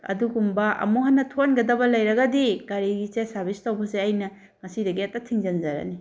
ꯑꯗꯨꯒꯨꯝꯕ ꯑꯃꯨꯛ ꯍꯟꯅ ꯊꯣꯛꯍꯟꯒꯗꯕ ꯂꯩꯔꯒꯗꯤ ꯒꯥꯔꯤꯒꯤꯁꯦ ꯁꯥꯔꯕꯤꯁ ꯇꯧꯕꯁꯦ ꯑꯩꯅ ꯉꯁꯤꯗꯒꯤ ꯍꯦꯛꯇ ꯊꯤꯡꯖꯤꯟꯖꯔꯅꯤ